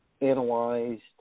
analyzed